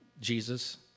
Jesus